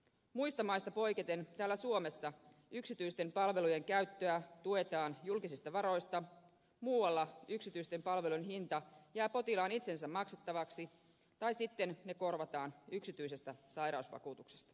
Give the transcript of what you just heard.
muista maista poiketen täällä suomessa yksityisten palvelujen käyttöä tuetaan julkisista varoista muualla yksityisten palvelujen hinta jää potilaan itsensä maksettavaksi tai sitten ne korvataan yksityisestä sairausvakuutuksesta